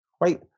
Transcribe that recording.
right